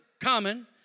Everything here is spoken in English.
common